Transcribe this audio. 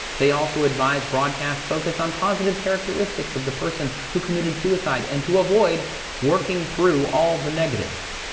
they also advise broadcasts focus on positive characteristics of the person who committed suicide and to avoid working through all the negatives,